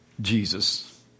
Jesus